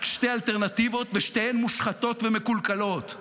שתי אלטרנטיבות ושתיהן מושחתות ומקולקלות.